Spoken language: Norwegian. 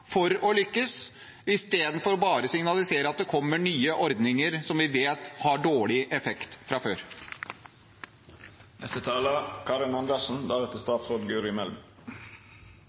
for å lykkes, istedenfor bare å signalisere at det kommer nye ordninger, som vi vet fra før at har dårlig effekt.